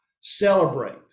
celebrate